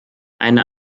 eine